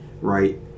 right